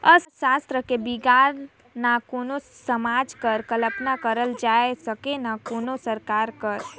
अर्थसास्त्र कर बिगर ना कोनो समाज कर कल्पना करल जाए सके ना कोनो सरकार कर